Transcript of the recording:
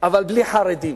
אבל בלי חרדים.